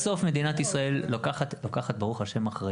בסוף מדינת ישראל לוקחת אחריות, ברוך השם.